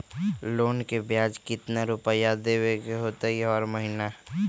Loan के ब्याज कितना रुपैया देबे के होतइ हर महिना?